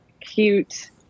cute